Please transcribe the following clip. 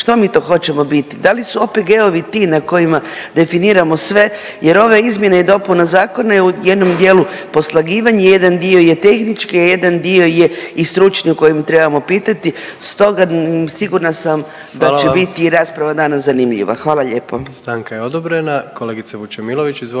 što mi to hoćemo biti da li su OPG-ovi ti na kojima definiramo sve jer ove izmjene i dopune zakona je u jednom dijelu poslagivanje, jedan dio je tehnički, a jedan dio je i stručni o kojem trebamo pitati. Stoga sigurna sam da će …/Upadica: Hvala vam./… biti rasprava i danas zanimljiva. Hvala lijepo.